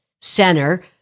center